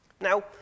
Now